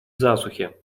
засухи